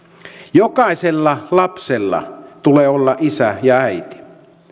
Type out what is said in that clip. jokaisella lapsella tulee olla isä ja äiti